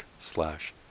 slash